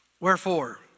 Wherefore